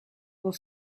pour